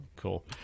cool